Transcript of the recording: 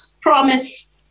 promise